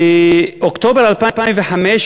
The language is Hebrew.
באוקטובר 2005,